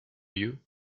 you